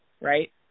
right